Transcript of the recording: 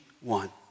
one